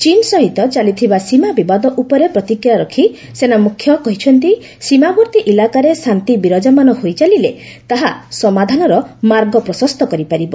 ଚୀନ୍ ସହିତ ଚାଲିଥିବା ସୀମା ବିବାଦ ଉପରେ ପ୍ରତିକ୍ରିୟା ରଖି ସେନାମୁଖ୍ୟ କହିଛନ୍ତି ସୀମାବର୍ତ୍ତୀ ଇଲାକାରେ ଶାନ୍ତି ବିରାଜମାନ ହୋଇଚାଲିଲେ ତାହା ସମାଧାନର ମାର୍ଗ ପ୍ରଶସ୍ତ କରିପାରିବ